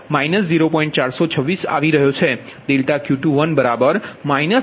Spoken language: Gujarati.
426 આવી રહ્યો છે ∆Q21 1